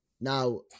now